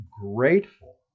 grateful